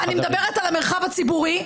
אני מדברת על המרחב הציבורי,